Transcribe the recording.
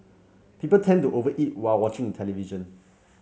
people tend to over eat while watching the television